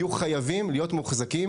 יהיו חייבים להיות מוחזקים